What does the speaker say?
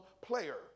player